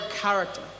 character